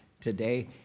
today